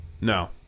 No